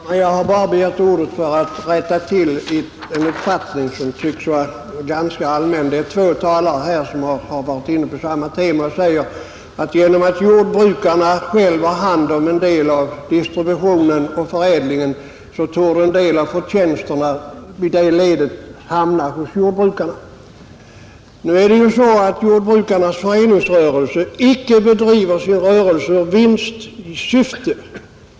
Herr talman! Jag har bara begärt ordet för att rätta till en missuppfattning som tycks vara ganska allmän, Två talare har varit inne på samma tema, och de säger att genom att jordbrukarna själva har hand om en del av distributionen och förädlingen torde en viss del av förtjänsterna i det ledet hamna hos jordbrukarna. Emellertid bedrivs icke jordbrukarnas föreningsrörelse i vinstsyfte.